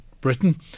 Britain